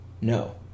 No